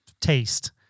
taste